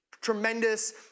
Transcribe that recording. Tremendous